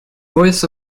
voice